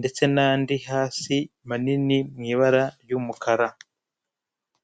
ndetse n'andi hasi manini mu ibara ry'umukara.